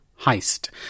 heist